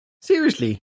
Seriously